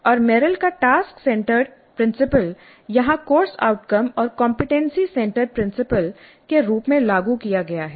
और मेरिल का task centred principle यहां कोर्स आउटकम और कमपेटेंसी सेंटर्ड प्रिंसिपल के रूप में लागू किया गया है